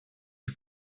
you